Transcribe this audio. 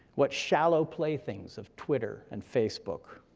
what shallow playthings of twitter and facebook.